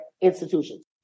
institutions